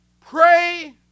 pray